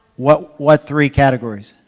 what what three categories?